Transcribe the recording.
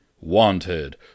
Wanted